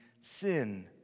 sin